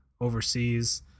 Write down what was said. overseas